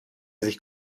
sich